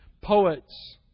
poets